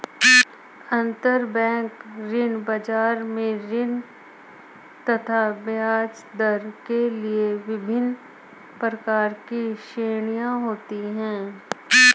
अंतरबैंक ऋण बाजार में ऋण तथा ब्याजदर के लिए विभिन्न प्रकार की श्रेणियां होती है